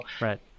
Right